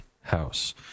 house